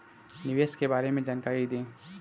निवेश के बारे में जानकारी दें?